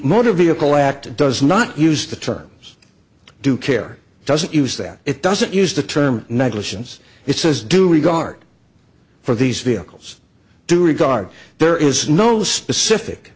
motor vehicle act does not use the terms of due care doesn't use that it doesn't use the term negligence it says due regard for these vehicles due regard there is no specific